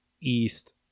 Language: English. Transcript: East